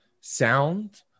sound